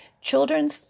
children